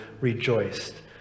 rejoiced